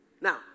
Now